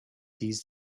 these